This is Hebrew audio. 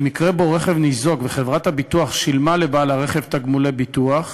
במקרה שרכב ניזוק וחברת הביטוח שילמה לבעל הרכב תגמולי ביטוח,